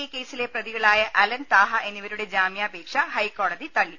A കേസിലെ പ്രതികളായ അലൻ താഹ എന്നി വരുടെ ജാമ്യാപേക്ഷ ഹൈക്കോടതി തള്ളി